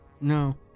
No